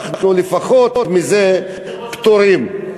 אנחנו לפחות מזה פטורים.